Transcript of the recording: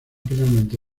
finalmente